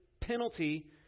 penalty